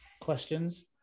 questions